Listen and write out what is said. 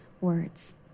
words